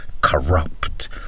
corrupt